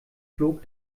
flog